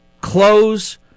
close